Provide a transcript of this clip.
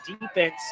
defense